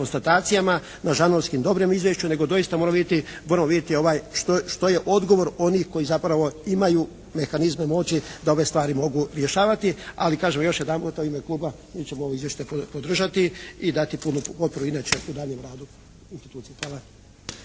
konstatacijama … /Ne razumije se./ … dobrom izvješću nego doista moramo vidjeti što je odgovor onih koji zapravo imaju mehanizme moći da ove stvari mogu rješavati, ali kažem još jedanputa u ime kluba mi ćemo ovo izvješće podržati i dati punu potporu inače u daljnjem radu institucije.